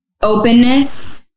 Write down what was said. openness